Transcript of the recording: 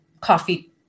coffee